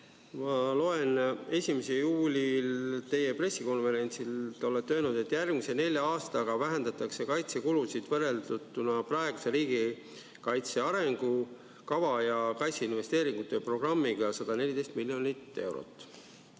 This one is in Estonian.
Ma loen, et 1. juunil te pressikonverentsil ütlesite, et järgmise nelja aastaga vähendatakse kaitsekulusid võrrelduna praeguse riigikaitse arengukava ja kaitseinvesteeringute programmiga 114 miljonit eurot.